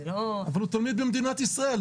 זה לא --- אבל הוא תלמיד במדינת ישראל,